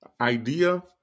idea